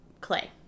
Clay